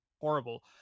horrible